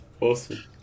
Awesome